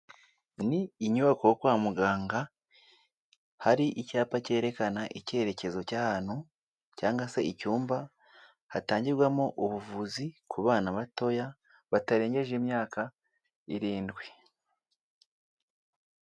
Ni inyubako yo kwa muganga, hari icyapa cyerekana icyerekezo cy'ahantu cyangwa se icyumba, hatangirwamo ubuvuzi ku bana batoya batarengeje imyaka irindwi.